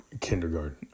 kindergarten